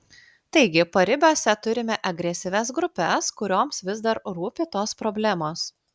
taigi paribiuose turime agresyvias grupes kurioms vis dar rūpi tos problemos